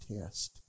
test